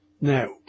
Now